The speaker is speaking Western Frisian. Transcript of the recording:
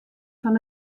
fan